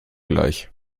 gleich